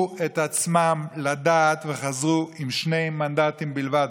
את עצמם לדעת וחזרו עם שני מנדטים בלבד.